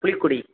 Pulikudi